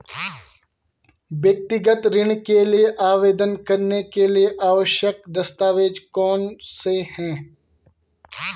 व्यक्तिगत ऋण के लिए आवेदन करने के लिए आवश्यक दस्तावेज़ कौनसे हैं?